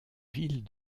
ville